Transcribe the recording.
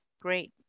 Great